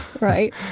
Right